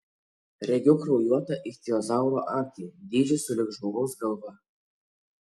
regiu kraujuotą ichtiozauro akį dydžiu sulig žmogaus galva